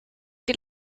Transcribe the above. die